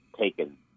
taken